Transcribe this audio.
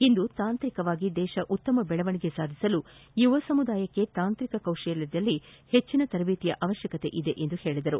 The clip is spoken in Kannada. ಇಂದು ತಾಂತ್ರಿಕವಾಗಿ ದೇತ ಉತ್ತಮ ದೆಳವಣಿಗೆ ಸಾಧಿಸಲು ಯುವ ಸಮುದಾಯಕ್ಕೆ ತಾಂತ್ರಿಕ ಕೌಶಲ್ಲದಲ್ಲಿ ಹೆಟ್ಟನ ತರದೇತಿಯ ಅವಶ್ಯಕತೆ ಇದೆ ಎಂದರು